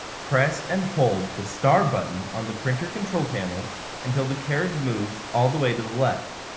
press and hold the star button on the printer control panel until the carriage moves all the way to the left.